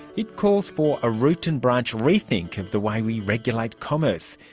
it calls for a root and branch rethink of the way we regulate commerce,